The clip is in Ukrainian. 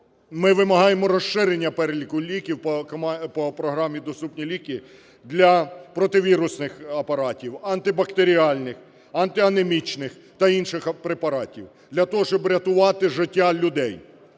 ми вимагаємо розширення переліку ліків по програмі "Доступні ліки" для противірусних апаратів, антибактеріальних, антианемічних та інших препаратів, для того щоб рятувати життя людей.